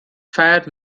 feiert